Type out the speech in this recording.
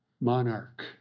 monarch